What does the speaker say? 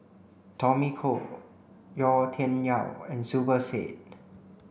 Tommy Koh Yau Tian Yau and Zubir Said